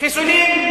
חיסול ממוקד.